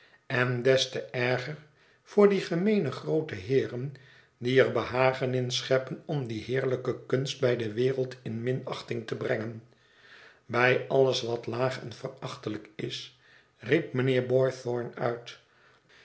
en des te erger voor die gemeene groote heeren die er behagen in scheppen om die heerdij ke kunst bij do wereld in minachting te brengen bij alles wat laag en verachtelijk is riep mijnheer boythorn uit